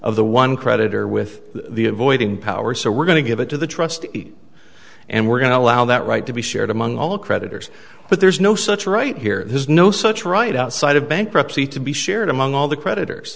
of the one creditor with the avoiding power so we're going to give it to the trustee and we're going to allow that right to be shared among all creditors but there's no such right here there's no such right outside of bankruptcy to be shared among all the creditors